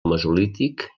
mesolític